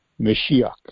Mashiach